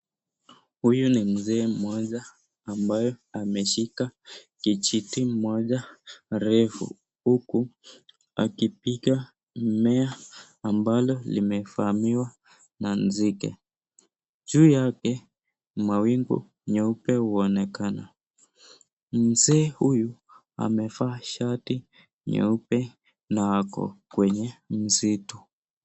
Huyu ni mzee mmoja ambaye ameshika kijiti moja refu huku akipiga mmea ambalo limevamiwa na nzige. Juu yake mawingu nyeupe huonekana, mzee huyu amevaa shati nyeupe na ako kwenye msitu.